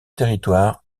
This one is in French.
territoire